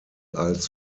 als